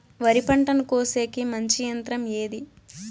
వరి పంటను కోసేకి మంచి యంత్రం ఏది?